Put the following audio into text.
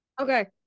Okay